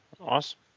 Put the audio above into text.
awesome